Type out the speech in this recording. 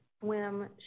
swim